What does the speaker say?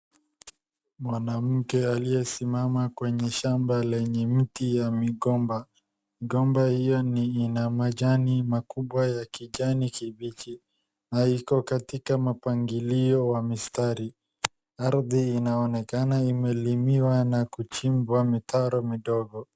Mwanamke aliyesimama kwenye shamba lenye mti ya migomba. Migomba hiyo ni, ina majani makubwa ya kijani kibichi. Na iko katika mapangilio wa mstari. Ardhi inaonekana imelimiwa na kuchimbwa mitaro midogo.